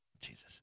Jesus